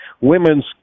Women's